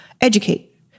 educate